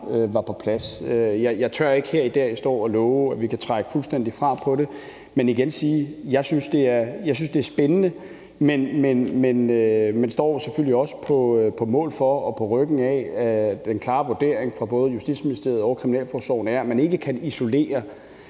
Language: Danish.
var på plads. Jeg tør ikke her i dag stå og love, at vi kan trække fuldstændig fra på det, men vil igen sige: Jeg synes, det er spændende, men står jo selvfølgelig også på mål for og på ryggen af, at den klare vurdering fra både Justitsministeriet og kriminalforsorgen er, at man ikke kan isolere